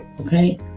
okay